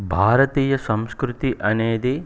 భారతీయ సంస్కృతి అనేది